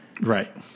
Right